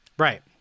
right